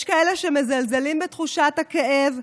יש כאלה שמזלזלים בתחושות הכאב,